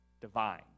divine